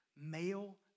Male